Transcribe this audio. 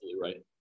right